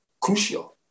Crucial